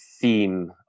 theme